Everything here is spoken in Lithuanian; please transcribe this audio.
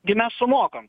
gi mes sumokam